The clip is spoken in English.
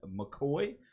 McCoy